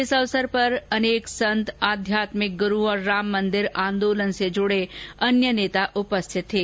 इस अवसर पर अनेक संत आध्यात्मिक ग्रु और राम मन्दिर आन्दोलन से जुडे अन्य नेता उपस्थित थे